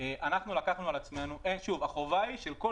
וזו יוזמה מאוד מבורכת.